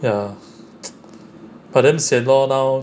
ya but then sian lor now